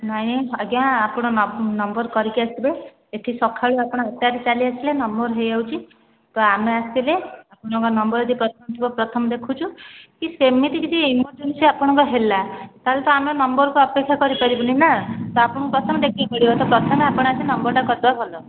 ନାଇଁ ଆଜ୍ଞା ଆପଣ ନମ୍ବର କରିକି ଆସିବେ ଏଠି ସକାଳୁ ଆପଣ ଆଠେଟାରୁ ଚାଲି ଆସିଲେ ନମ୍ବର ହୋଇଯାଉଛି ଆମେ ଆସିଲେ ଆପଣଙ୍କ ନମ୍ବର ଯଦି ପ୍ରଥମେ ଥିବ ପ୍ରଥମ ଦେଖୁଛୁ କି ସେମିତି କିଛି ଏମରଯେନଶି ଆପଣଙ୍କର ହେଲା ତାହାଲେ ତ ଆମେ ନମ୍ବରକୁ ଅପେକ୍ଷା କରିପାରିବୁନି ନା ତ ଆପଣଙ୍କୁ ପ୍ରଥମେ ଦେଖିବାକୁ ପଡ଼ିବ ତ ପ୍ରଥମେ ଆସି ନମ୍ବର କରିଦେବାଟା ଭଲ